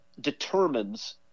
determines